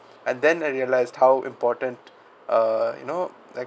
and then I realised how important uh you know like